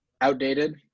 outdated